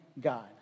God